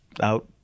out